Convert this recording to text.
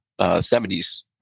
70s